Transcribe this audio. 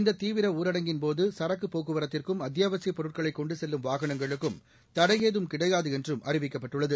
இந்த தீவிர ஊரடங்கின்போது சரக்கு போக்குவரத்துக்கும் அத்தியாவசியயப் பொருட்களை கொண்டு செல்லும் வாகனங்களுக்கும் தடையேதும் கிடையாது என்றும் அறிவிக்கப்பட்டுள்ளது